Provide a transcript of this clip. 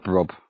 Rob